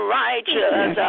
righteous